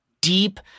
deep